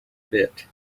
bit